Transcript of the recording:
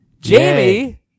Jamie